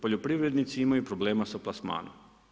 Poljoprivrednici imaju problema sa plasmanom.